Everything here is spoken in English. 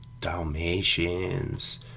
Dalmatians